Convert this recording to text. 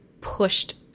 pushed